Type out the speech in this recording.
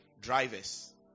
drivers